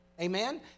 amen